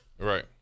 Right